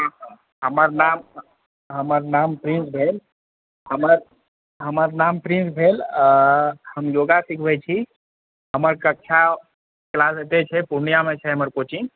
हमर नाम हमर नाम प्रिन्स भेल हमर हमर नाम प्रिन्स भेल हम योगा सिखबै छी हमर कक्षा क्लास अतै छै पूर्णियामे छै हमर कोचिङ्ग